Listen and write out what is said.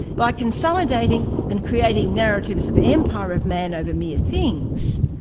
by consolidating and creating narratives of empire of man over mere things,